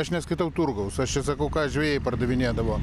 aš neskaitau turgaus aš čia sakau ką žvejai pardavinėdavo